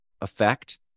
effect